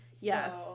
Yes